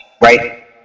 right